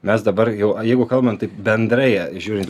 mes dabar jau jeigu kalbant taip bendrai žiūrint